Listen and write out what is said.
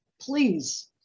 please